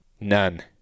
None